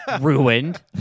Ruined